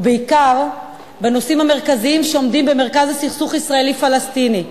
ובעיקר בנושאים המרכזיים שעומדים במרכז הסכסוך הישראלי-פלסטיני.